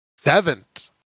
Seventh